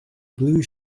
blue